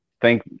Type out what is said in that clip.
thank